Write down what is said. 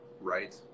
right